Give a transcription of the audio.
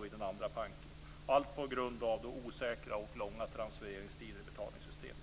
till den andra banken - allt detta på grund av långa och osäkra transfereringstider i betalningssystemen.